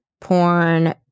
Porn